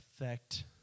affect